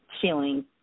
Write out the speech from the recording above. feeling